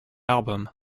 album